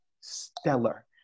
stellar